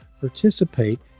participate